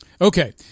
Okay